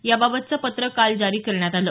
याबाबतचं पत्र काल जारी करण्यात आलं